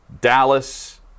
Dallas